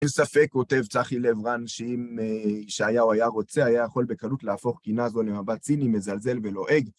אין ספק, כותב צחי לברן, שאם ישעיהו היה רוצה, היה יכול בקלות להפוך קינה זו למבט ציני, מזלזל ולועג.